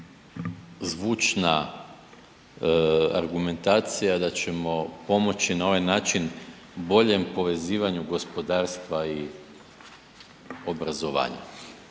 zvučna argumentacija da ćemo pomoći na ovaj način boljem povezivanju gospodarstva i obrazovanja.